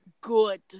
good